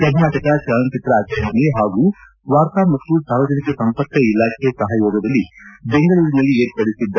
ಕರ್ನಾಟಕ ಚಲನಚಿತ್ರ ಅಕಾಡಮಿ ಹಾಗೂ ವಾರ್ತಾ ಮತ್ತು ಸಾರ್ವಜನಿಕ ಸಂಪರ್ಕ ಇಲಾಖೆ ಸಪಯೋಗದಲ್ಲಿ ಬೆಂಗಳೂರಲ್ಲಿ ಏರ್ಪಡಿಸಿದ್ದ